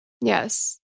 Yes